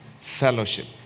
fellowship